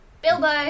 Bilbo